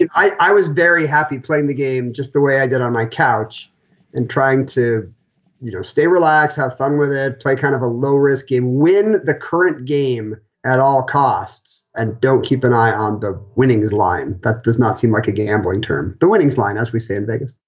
i i was very happy playing the game just the way i did on my couch and trying to you know stay, relax, have fun with it. play kind of a low risk game. win the current game at all costs and don't keep an eye on the winnings line. that does not seem like a gambling term the winnings line, as we say in vegas,